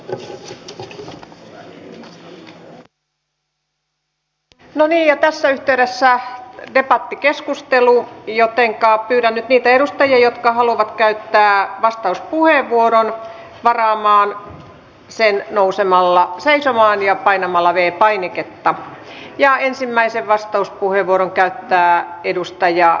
no niin ja tässä yhteydessä debattikeskustelu jotenka pyydän nyt niitä edustajia jotka haluavat käyttää vastauspuheenvuoron varaamaan sen nousemalla seisomaan ja painamalla v painiketta ja ensimmäisen vastauspuheenvuoron käyttää edustaja